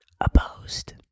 opposed